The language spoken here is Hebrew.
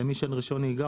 למי שאין רישיון נהיגה,